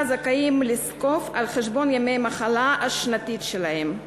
זכאים לזקוף על חשבון ימי המחלה השנתית שלהם.